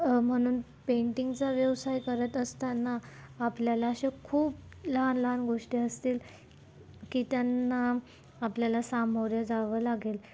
म्हणून पेंटिंगचा व्यवसाय करत असताना आपल्याला असे खूप लहान लहान गोष्टी असतील की त्यांना आपल्याला सामोरे जावं लागेल